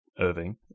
Irving